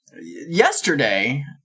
Yesterday